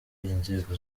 inzego